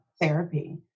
therapy